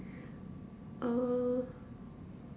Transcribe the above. uh